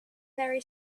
very